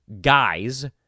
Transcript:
guys